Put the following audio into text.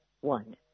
One